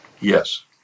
Yes